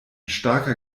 starker